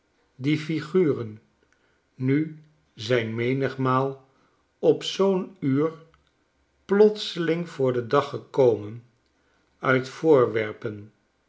die flguren nu zijn menigmaal op zoo'n uur plotseling voor den dag gekomen uit voorwerpen